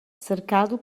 cercado